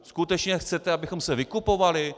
Skutečně chcete, abychom se vykupovali?